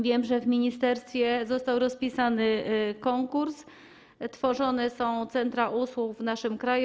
Wiem, że w ministerstwie został rozpisany konkurs, tworzone są centra usług w naszym kraju.